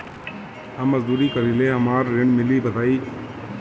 हम मजदूरी करीले हमरा ऋण मिली बताई?